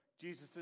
Jesus